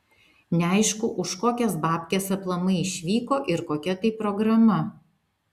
neaišku už kokias babkes aplamai išvyko ir kokia tai programa